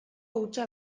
hutsa